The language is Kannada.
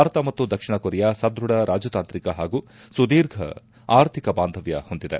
ಭಾರತ ಮತ್ತು ದಕ್ಷಿಣ ಕೊರಿಯಾ ಸದೃಢ ರಾಜತಾಂತ್ರಿಕ ಹಾಗೂ ಸುದೀರ್ಘ ಆರ್ಥಿಕ ಬಾಂಧವ್ದ ಹೊಂದಿದೆ